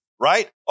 right